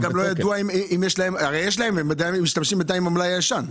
הם משתמשים בינתיים במלאי הישן.